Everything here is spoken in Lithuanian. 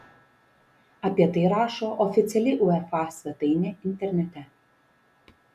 apie tai rašo oficiali uefa svetainė internete